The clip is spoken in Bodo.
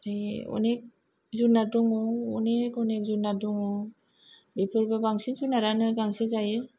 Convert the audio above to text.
बिदि अनेक जुनार दङ अनेक अनेक जुनार दङ बेफोरबो बांसिन जुनारानो गांसो जायो